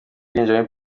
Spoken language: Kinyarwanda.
kwinjira